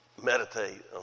meditate